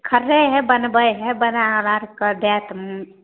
खड़रै हइ बनबै हइ बना उना कऽ देत